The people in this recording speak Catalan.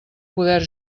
poder